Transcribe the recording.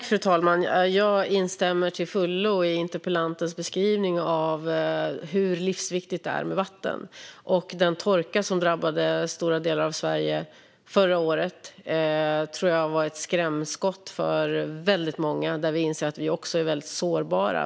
Fru talman! Jag instämmer till fullo i interpellantens beskrivning av hur livsviktigt det är med vatten. Den torka som drabbade stora delar av Sverige förra året tror jag var ett skrämskott för väldigt många. Vi insåg att vi är väldigt sårbara.